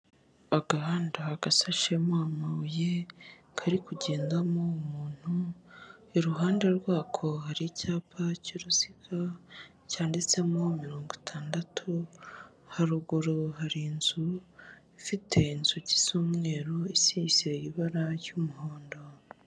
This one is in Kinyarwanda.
Agahanda gasashemo amabuye, kari kugendamo umuntu, iruhande rwako hari icyapa cy'uruziga cyanditsemo mirongo itandatu, haruguru hari inzu ifite inzugi z'umweru isize ibara ry'umuhondo.